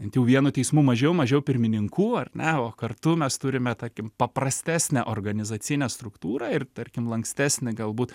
bent jau vienu teismu mažiau mažiau pirmininkų ar ne o kartu mes turime tarkim paprastesnę organizacinę struktūrą ir tarkim lankstesnį gal būt